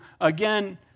again